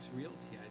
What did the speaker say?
Realty